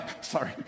Sorry